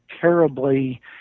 terribly